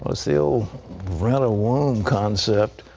well, it's the old rent a womb concept.